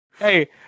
Hey